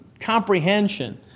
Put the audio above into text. comprehension